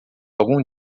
algum